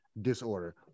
disorder